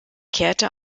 kehrte